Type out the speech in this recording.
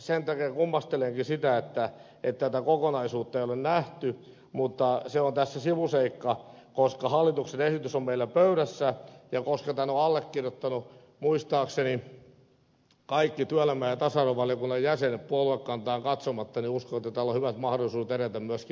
sen takia kummastelenkin sitä että tätä kokonaisuutta ei ole nähty mutta se on tässä sivuseikka koska hallituksen esitys on meillä pöydässä ja koska tämän ovat allekirjoittaneet muistaakseni kaikki työelämän ja tasa arvovaliokunnan jäsenet puoluekantaan katsomatta uskon että tällä on hyvät mahdollisuudet edetä myöskin valiokuntakäsittelyssä